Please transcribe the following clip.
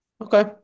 okay